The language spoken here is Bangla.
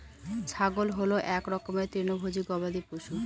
ছাগল হল এক রকমের তৃণভোজী গবাদি পশু